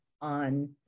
on